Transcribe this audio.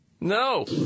No